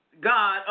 God